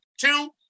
Two